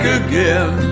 again